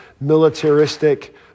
militaristic